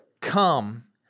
Come